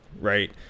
right